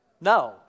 No